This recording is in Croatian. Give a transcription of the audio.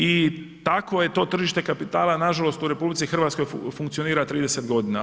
I takvo je to tržište kapitala nažalost u RH funkcionira 30 godina.